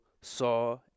saw